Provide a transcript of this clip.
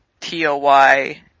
T-O-Y